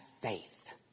faith